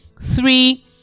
three